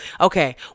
Okay